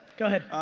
go ahead.